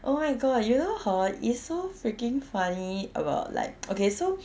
oh my god you know hor is so freaking funny about like okay so